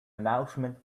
announcement